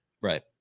right